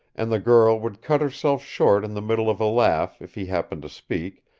and the girl would cut herself short in the middle of a laugh if he happened to speak,